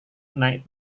naik